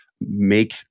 make